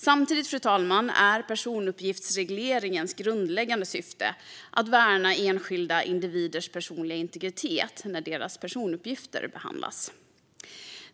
Samtidigt är personuppgiftsregleringens grundläggande syfte att värna enskilda individers personliga integritet när deras personuppgifter behandlas.